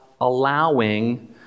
allowing